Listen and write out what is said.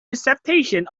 acceptation